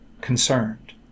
concerned